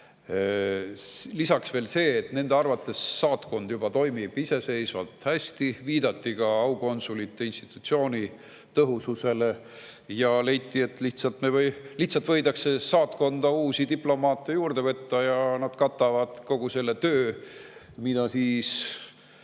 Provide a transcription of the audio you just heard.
Lisaks veel see, et nende arvates saatkond toimib juba iseseisvalt hästi, viidati ka aukonsulite institutsiooni tõhususele ja leiti, et lihtsalt võib saatkonda uusi diplomaate juurde võtta ja nad katavad ära kogu selle töö, mida